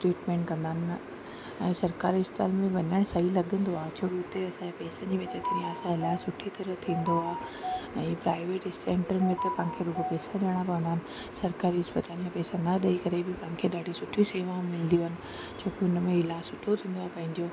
treatment कंदा आहिनि न ऐं सरकारी इस्पतालि में वञण सही लॻंदो आहे छो की हुते असांजे पैसनि जी बचति थींदी आहे इलाजु सुठी तरह थींदो आहे ऐं प्राइवेट सेंटर में त पाण खे रुॻो पैसा ॾियणा पवंदा आहिनि सरकारी इस्पतालि में पैसा न ॾेई करे बि पाण खे ॾाढी सुठी सेवाऊं मिलंदियूं आहिनि छो की हुन में इलाजु सुठो थींदो आहे पंहिंजो